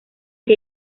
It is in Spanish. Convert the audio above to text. que